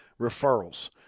Referrals